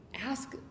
ask